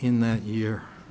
in that year